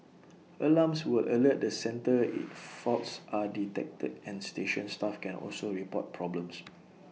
alarms will alert the centre if faults are detected and station staff can also report problems